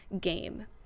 game